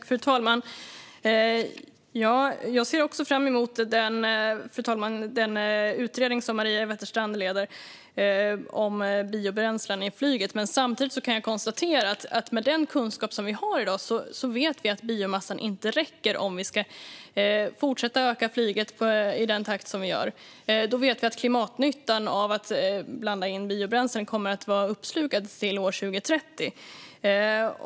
Fru talman! Jag ser också fram emot den utredning som Maria Wetterstrand leder om biobränslen i flyget. Samtidigt kan jag konstatera att vi med den kunskap vi har i dag vet att biomassan inte räcker om vi ska fortsätta att öka flyget i den takt vi gör. Då vet vi att klimatnyttan av att blanda in biobränsle kommer att vara uppslukad till år 2030.